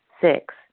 Six